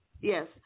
yes